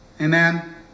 Amen